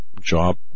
job